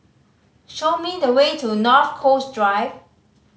show me the way to North Coast Drive